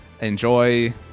enjoy